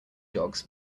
dogs